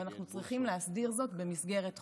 ואנחנו צריכים להסדיר זאת במסגרת חוק.